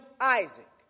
Isaac